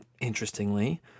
interestingly